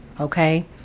Okay